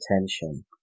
attention